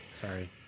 Sorry